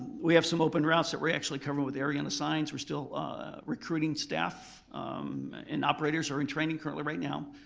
we have some open routes that were actually covered with area and assigns. we're still recruiting staff and operator's are in training currently right now.